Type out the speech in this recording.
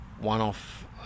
one-off